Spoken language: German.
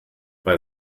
bei